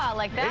um like that.